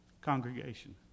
congregation